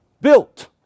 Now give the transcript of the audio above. built